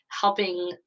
helping